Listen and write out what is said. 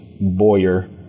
Boyer